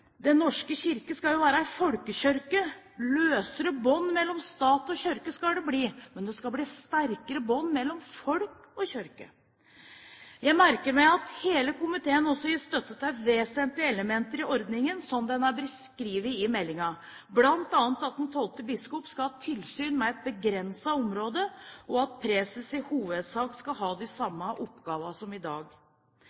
norske kirke skal jo være en folkekirke – løsere bånd mellom stat og kirke skal det bli, men det skal bli sterkere bånd mellom folk og kirke. Jeg merker meg at hele komiteen også gir støtte til vesentlige elementer i ordningen slik den er beskrevet i meldingen, bl.a. at den tolvte biskopen skal ha tilsyn med et begrenset område, og at preses i hovedsak skal ha de